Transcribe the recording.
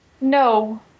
No